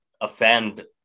offend